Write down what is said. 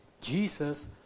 Jesus